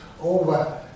over